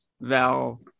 val